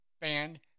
band